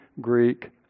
Greek